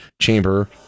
Chamber